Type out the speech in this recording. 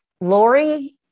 Lori